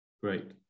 great